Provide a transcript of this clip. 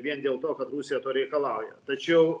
vien dėl to kad rusija to reikalauja tačiau